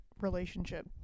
relationship